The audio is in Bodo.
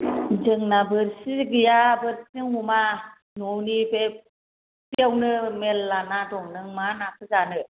जोंना बोरसि गैया बोरसिजों हमा न'नि बे फुख्रियावनो मेरला ना दं नों मा नाखौ जानो